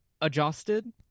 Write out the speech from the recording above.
adjusted